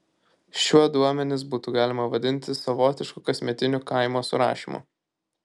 šiuo duomenis būtų galima vadinti savotišku kasmetiniu kaimo surašymu